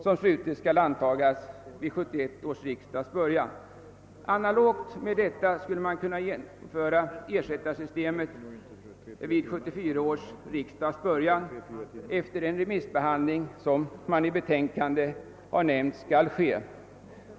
Jag förutsätter då att man kan tillämpa sam Analogt med detta skulle man kunna genomföra ersättarsystem vid 1974 års riksdags början efter den remissbe Kandling som enligt vad som nämns i betänkandet skall ske.